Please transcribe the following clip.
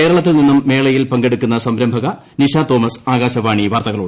കേരളത്തിൽ നിന്നും മേളയിൽ പങ്കെടുക്കുന്ന സംരംഭക നിഷാ തോമസ് ആകാശവാണി വാർത്തകളോട്